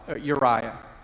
Uriah